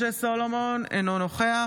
משה סולומון, אינו נוכח